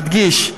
אדגיש: